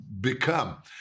become